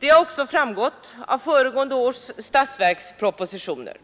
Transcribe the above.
Detta har också framgått av föregående års statsverkspropositioner.